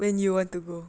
when you want to go